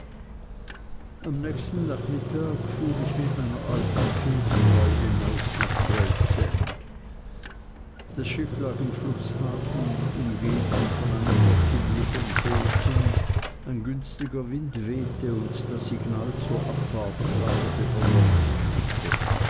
am nächsten nachmittag fuhr ich mit meiner alten kindsfrau hinaus nach gravesend das schiff lag im flußhafen umgeben von einer flottille von booten ein günstiger wind wehte und das signal zur abfahrt flatterte an der